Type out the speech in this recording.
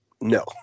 No